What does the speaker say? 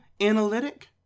analytic